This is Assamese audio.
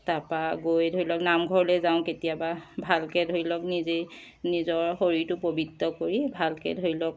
তাৰপৰা গৈ ধৰি লওক নাম ঘৰলৈ যাওঁ কেতিয়াবা ভালকৈ ধৰি লওক নিজেই নিজৰ শৰীৰটো পৱিত্ৰ কৰি ভালকৈ ধৰি লওক